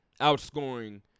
outscoring